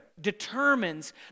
determines